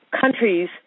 countries